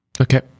Okay